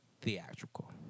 theatrical